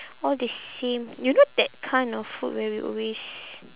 all the same you know that kind of food where we always